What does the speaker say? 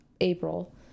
April